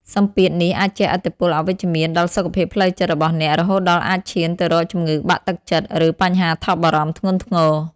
សម្ពាធនេះអាចជះឥទ្ធិពលអវិជ្ជមានដល់សុខភាពផ្លូវចិត្តរបស់អ្នក រហូតដល់អាចឈានទៅរកជំងឺបាក់ទឹកចិត្ត ឬបញ្ហាថប់បារម្ភធ្ងន់ធ្ងរ។